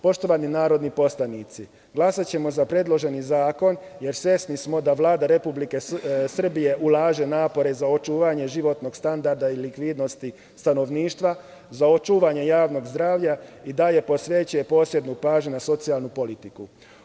Poštovani narodni poslanici, glasaćemo za predloženi zakon, jer svesni smo da Vlada Republike Srbije ulaže napore za očuvanje životnog standarda i likvidnosti stanovništva, za očuvanje javnog zdravlja i dalje posvećuje posebnu pažnju na socijalnu politiku.